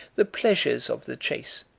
the pleasures of the chase.